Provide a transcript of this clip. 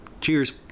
Cheers